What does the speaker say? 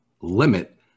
limit